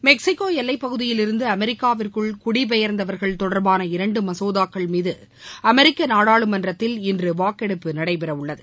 Mexico எல்லை பகுதியில் இருந்து அமெரிக்காவிற்குள் குடிபெயர்ந்தவர்கள் தொடர்பாள இரண்டு மசோதாக்கள் மீது அமெரிக்கா நாடாளுமன்றத்தில் இன்று வாக்கெடுப்பு நடைபெறவுள்ளது